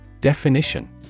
Definition